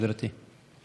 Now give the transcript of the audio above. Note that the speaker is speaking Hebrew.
גברתי.